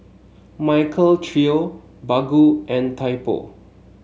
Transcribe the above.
Michael Trio Baggu and Typo